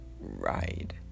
ride